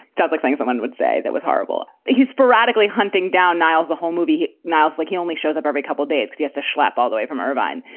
don't like saying someone would say that was horrible. he's sporadically hunting down nilles the whole movie. nilles like he only shows up every couple days. yes. a schlep all the way from irvine.